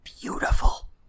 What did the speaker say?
beautiful